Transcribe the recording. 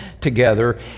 together